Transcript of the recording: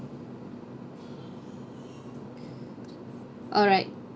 alright